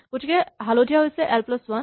গতিকে হালধীয়া হৈছে এল প্লাচ ৱান